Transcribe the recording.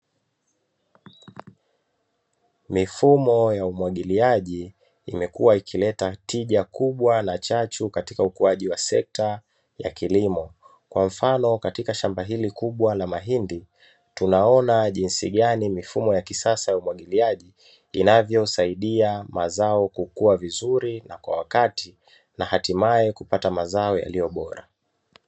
Mifumo ya umwagiliaji imekuwa ikileta tija kubwa na chachu katika ukuaji wa sekta ya kilimo kwa mfano katika shamba hili kubwa la mahindi, tunaona jinsi gani mifumo ya kisasa ya umwagiliaji inavyosaidia mazao kukua vizuri na kwa wakati, na hatimaye kupata mazao yaliyo bora.